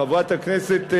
חברת הכנסת יחימוביץ,